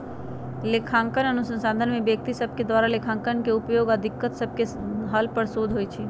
लेखांकन अनुसंधान में व्यक्ति सभके द्वारा लेखांकन के उपयोग आऽ दिक्कत सभके हल पर शोध होइ छै